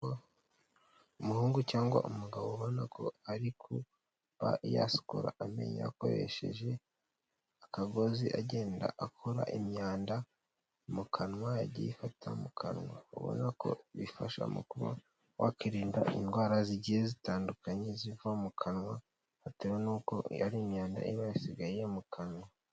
Umuhungu cyangwa umugabo ubona ko ari kuba yasukura amenyo akoresheje akagozi agenda akura imyanda mu kanwa yagiye ifata mu kanwa, ubona ko bifasha mu kuba wakirinda indwara zigiye zitandukanye ziva mu kanwa bitewe n'uko iyo imyanda iba isigaye mu kanwa.